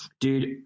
dude